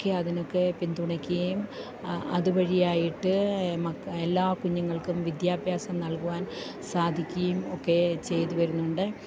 ഒക്കെ അതിനൊക്കെ പിന്തുണയ്ക്കുകയും അതുവഴിയായിട്ട് എല്ലാ കുഞ്ഞുങ്ങൾക്കും വിദ്യാഭ്യാസം നൽകുവാൻ സാധിക്കുകയും ഒക്കെ ചെയ്തുവരുന്നുണ്ട്